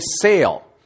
sale